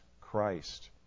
Christ